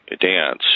dance